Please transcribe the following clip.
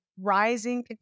rising